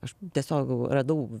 aš tiesiog radau